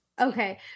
Okay